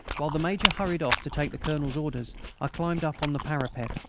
while the major hurried off to take the colonel's orders i climbed up on the parapet.